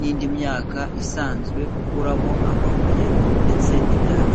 n'indi myaka isanzwe, ukuramo amabuye ndetse n'ibyatsi.